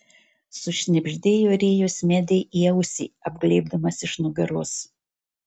sušnibždėjo rėjus medei į ausį apglėbdamas iš nugaros